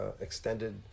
extended